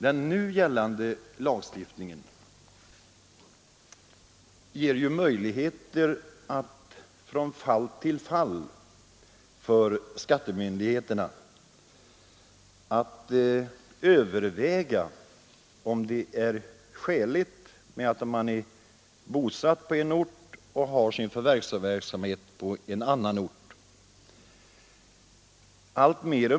Den nu gällande lagstiftningen gör det ju möjligt för skattemyndigheterna att från fall till fall överväga om det är skäligt att en person är bosatt på en ort och har sin förvärvsverksamhet på annan ort.